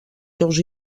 seus